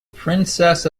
princess